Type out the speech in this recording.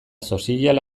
sozial